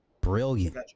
brilliant